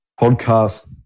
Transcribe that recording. podcast